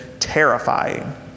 terrifying